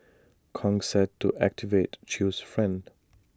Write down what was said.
Kong said to activate chew's friend